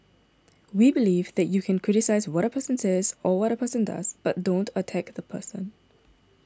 we believe that you can criticise what a person says or what a person does but don't attack the person